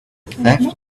theft